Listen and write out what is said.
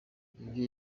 ibyo